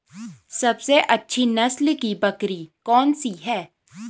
सबसे अच्छी नस्ल की बकरी कौन सी है?